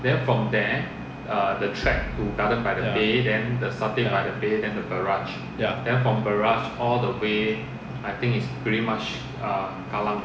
ya ya ya